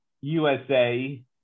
USA